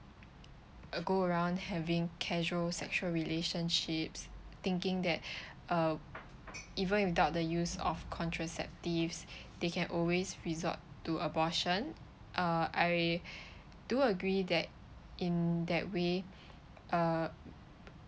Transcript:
err go around having casual sexual relationships thinking that uh even without the use of contraceptives they can always resort to abortion uh I do agree that in that way uh